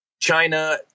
China